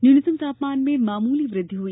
न्यूनतम तापमान में मामूली वृद्वि हुई